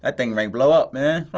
ah thing might blow up, man.